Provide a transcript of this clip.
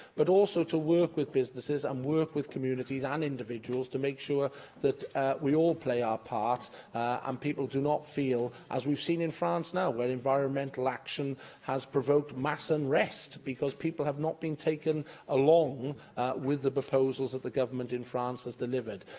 but also to work with businesses and um work with communities and individuals to make sure that we all play our part and um people do not feel as we've seen in france now, where environmental action has provoked mass unrest because people have not been taken along with the proposals that the government in france has delivered.